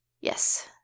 yes